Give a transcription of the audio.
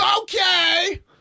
Okay